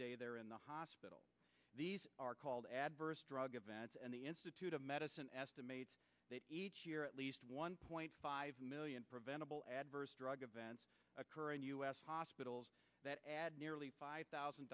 day they're in the hospital these are called adverse drug events and the institute of medicine estimates that each year at least one point five million preventable adverse drug events occur in u s hospitals that add nearly five thousand